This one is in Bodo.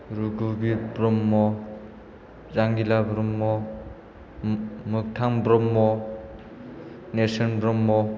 रुघुभिर ब्रह्म जांगिला ब्रह्म मोगथां ब्रह्म नेरसोन ब्रह्म